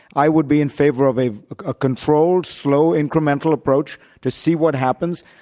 i would be in favor of a ah controlled, slow, incremental approach, to see what happens.